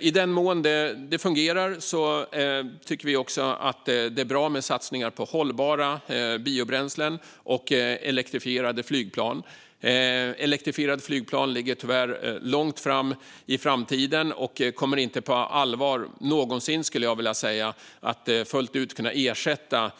I den mån det fungerar tycker vi också att det är bra med satsningar på hållbara biobränslen och elektrifierade flygplan. Elektrifierade flygplan ligger tyvärr långt fram i tiden och kommer aldrig någonsin, skulle jag vilja säga, att fullt ut kunna ersätta